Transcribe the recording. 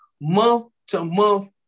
month-to-month